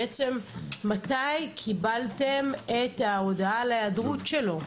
בעצם מתי קיבלתם את ההודעה על ההיעדרות שלו?